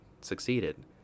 succeeded